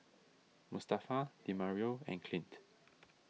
Mustafa Demario and Clint